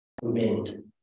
wind